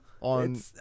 on